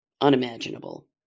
Unimaginable